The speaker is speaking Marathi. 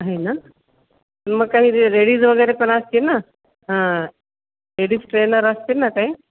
आहे ना मग काही लेडीज वगैरे पण असतील ना हां लेडीज ट्रेनर असतील ना काही